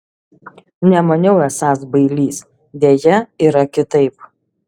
nemaniau esąs bailys deja yra kitaip